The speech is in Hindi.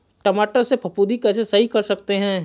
टमाटर से फफूंदी कैसे सही कर सकते हैं?